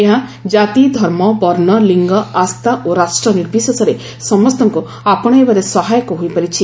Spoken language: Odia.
ଏହା ଜାତି ଧର୍ମ ବର୍ଷ ଲିଙ୍ଗ ଆସ୍ଥା ଓ ରାଷ୍ଟ୍ର ନିର୍ବିଶେଷରେ ସମସ୍ତଙ୍କୁ ଆପଶାଇବାରେ ସହାୟକ ହୋଇପାରିଛି